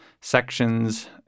sections